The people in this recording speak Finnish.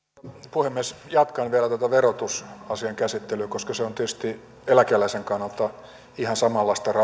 puhemies jatkan vielä tätä verotusasian käsittelyä koska se verotuksen kautta tuleva raha on tietysti eläkeläisen kannalta ihan samanlaista